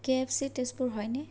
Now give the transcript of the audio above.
কে F C Tezpur হয়নে